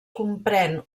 comprèn